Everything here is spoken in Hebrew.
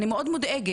אני מאוד מודאגת.